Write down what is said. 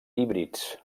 híbrids